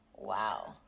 Wow